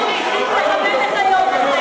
ניסינו לכבד את היום הזה.